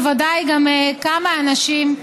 בוודאי גם כמה אנשים,